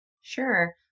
Sure